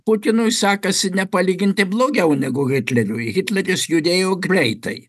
putinui sekasi nepalyginti blogiau negu hitleriui hitleris judėjo greitai